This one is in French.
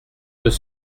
deux